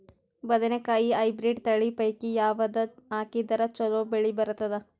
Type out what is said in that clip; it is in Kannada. ಬದನೆಕಾಯಿ ಹೈಬ್ರಿಡ್ ತಳಿ ಪೈಕಿ ಯಾವದು ಹಾಕಿದರ ಚಲೋ ಬೆಳಿ ಬರತದ?